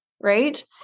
right